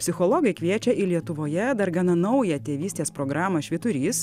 psichologai kviečia į lietuvoje dar gana naują tėvystės programą švyturys